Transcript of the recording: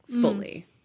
fully